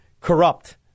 corrupt